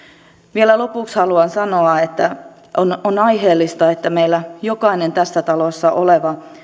vielä lopuksi haluan sanoa että on on aiheellista että meillä jokainen tässä talossa oleva